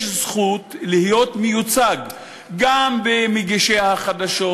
זכות להיות מיוצג גם במגישי החדשות,